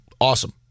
Awesome